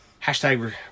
Hashtag